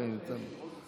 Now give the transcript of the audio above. אני אתן לו,